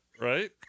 right